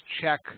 check